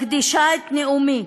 אני מקדישה את נאומי